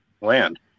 land